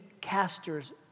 casters